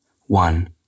one